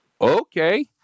Okay